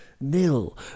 nil